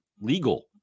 legal